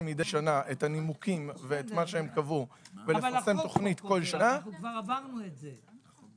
מדי שנה את הנתונים ומה שקבעו- -- עברנו את זה.